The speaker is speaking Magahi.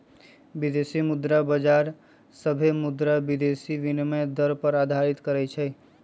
विदेशी मुद्रा बाजार सभे मुद्रा विदेशी विनिमय दर निर्धारित करई छई